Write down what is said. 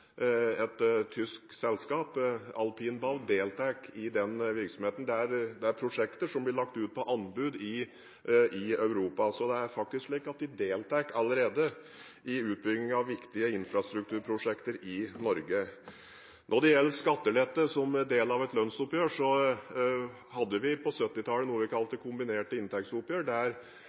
et østerriksk selskap, Alpine Bau, i den virksomheten. Det er prosjekter som blir lagt ut på anbud i Europa, så det er faktisk slik at de deltar allerede i utbyggingen av viktige infrastrukturprosjekter i Norge. Når det gjelder skattelette som del av et lønnsoppgjør, hadde vi på 1970-tallet noe vi kalte kombinerte inntektsoppgjør der